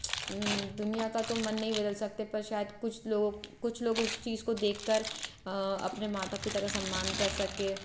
दुनिया का तो हम मन नहीं बदल सकते पर शायद कुछ लोग कुछ लोग उस चीज़ को देखकर अपने माता पिता का सम्मान कर सकें